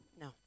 No